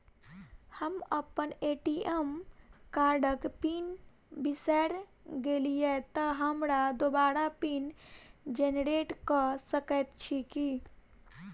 हम अप्पन ए.टी.एम कार्डक पिन बिसैर गेलियै तऽ हमरा दोबारा पिन जेनरेट कऽ सकैत छी की?